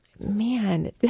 Man